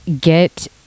get